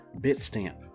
Bitstamp